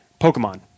Pokemon